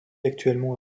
actuellement